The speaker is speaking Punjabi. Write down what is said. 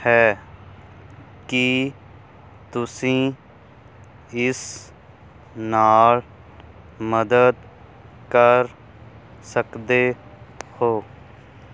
ਹੈ ਕੀ ਤੁਸੀਂ ਇਸ ਨਾਲ ਮਦਦ ਕਰ ਸਕਦੇ ਹੋ